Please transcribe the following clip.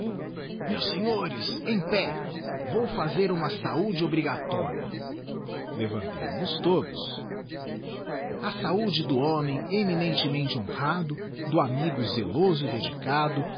meus senhores em pé vou fazer uma saúdeobrigatória levantemo nos todos a saúde do homem eminentemente honrado do amigo zeloso e dedicado